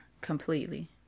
completely